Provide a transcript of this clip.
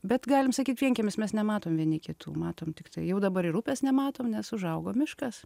bet galim sakyt vienkiemis mes nematom vieni kitų matom tiktai jau dabar ir upės nematom nes užaugo miškas